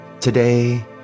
Today